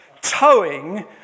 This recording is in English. towing